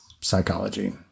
psychology